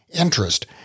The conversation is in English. Interest